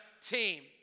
team